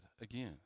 again